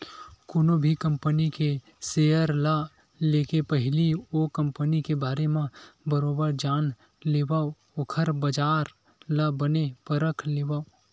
कोनो भी कंपनी के सेयर ल लेके पहिली ओ कंपनी के बारे म बरोबर जान लेवय ओखर बजार ल बने परख लेवय